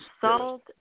salt